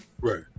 Right